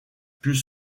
put